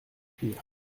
cuire